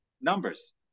numbers